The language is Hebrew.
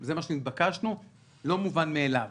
זה מה שנתבקשנו וזה לא מובן מאליו.